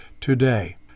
today